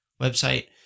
website